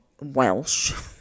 Welsh